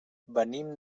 venim